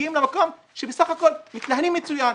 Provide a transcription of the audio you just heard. מגיעים למקום שבסך הכול מתנהלים מצוין,